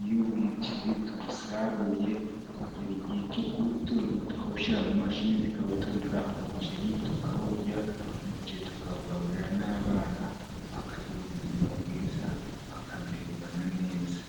iyo umuceri tuwusaruye tugera igihe cyo tukawushyira mu mashini zikawutonora, umuceri tukawurya, umuce tukawugaburira n'abana, bakagira ubuzima bwiza, bakamererwa na neza.